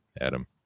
adam